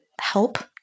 help